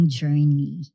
journey